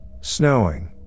snowing